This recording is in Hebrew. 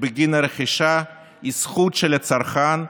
בגין הרכישה היא זכות של הצרכן,